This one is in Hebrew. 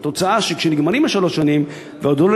והתוצאה היא שכשנגמרות שלוש השנים ועוד אין